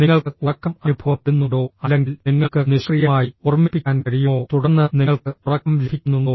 നിങ്ങൾക്ക് ഉറക്കം അനുഭവപ്പെടുന്നുണ്ടോ അല്ലെങ്കിൽ നിങ്ങൾക്ക് നിഷ്ക്രിയമായി ഓർമ്മിപ്പിക്കാൻ കഴിയുമോ തുടർന്ന് നിങ്ങൾക്ക് ഉറക്കം ലഭിക്കുന്നുണ്ടോ